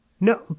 No